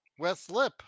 Westlip